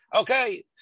Okay